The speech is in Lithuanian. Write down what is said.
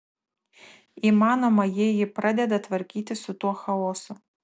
įmanoma jei ji pradeda tvarkytis su tuo chaosu